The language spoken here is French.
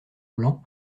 blancs